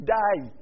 die